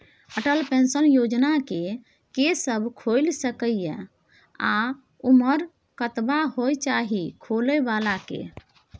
Atal pension योजना के के सब खोइल सके इ आ उमर कतबा होय चाही खोलै बला के?